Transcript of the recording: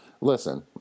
Listen